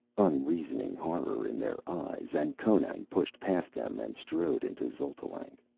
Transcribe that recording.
unreasoning horror in their eyes, and conan pushed past them and strode into xotalanc.